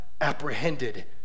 apprehended